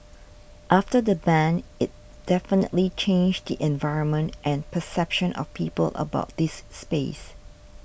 after the ban it definitely changed the environment and perception of people about this space